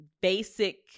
basic